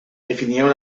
definieron